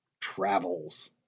TRAVELS